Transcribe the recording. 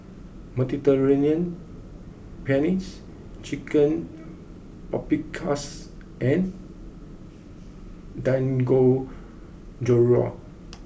Mediterranean Pennes Chicken Paprikas and Dangojiru